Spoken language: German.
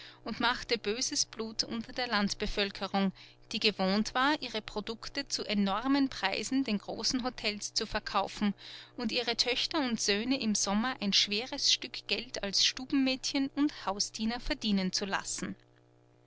und machte böses blut unter der landbevölkerung die gewohnt war ihre produkte zu enormen preisen den großen hotels zu verkaufen und ihre töchter und söhne im sommer ein schweres stück geld als stubenmädchen und hausdiener verdienen zu lassen